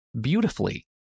beautifully